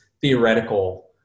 theoretical